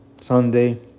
Sunday